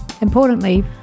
Importantly